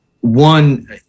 one